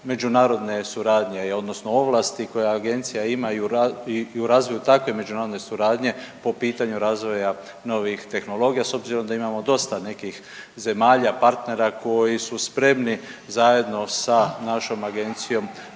međunarodne suradnje odnosno ovlasti koje Agencija ima i u razvoju takve međunarodne suradnje po pitanju razvoja novih tehnologija, s obzirom da imamo dosta nekih zemalja partnera koji su spremni zajedno sa našom Agencijom